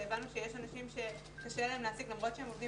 שהבנו שיש אנשים שקשה להם להשיג למרות שהם עובדים